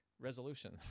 resolution